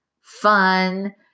fun